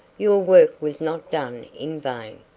your work was not done in vain.